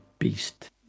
beast